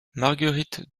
marguerite